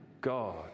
God